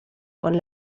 con